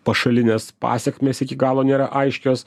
pašalinės pasekmės iki galo nėra aiškios